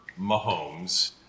Mahomes